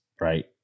Right